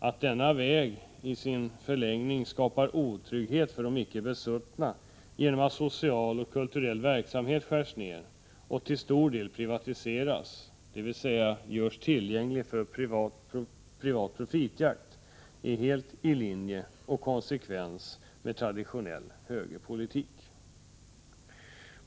Att denna väg i sin förlängning skapar otrygghet för de icke besuttna genom att social och kulturell verksamhet skärs ner och till stor del privatiseras, dvs. görs tillgänglig för privat profitjakt, är helt i linje och konsekvens med traditionell högerpolitik.